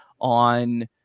on